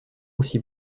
aussi